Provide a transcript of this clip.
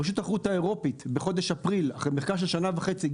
רשות התחרות האירופאית אחרי מחקר של שנה וחצי,